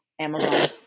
Amazon